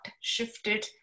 shifted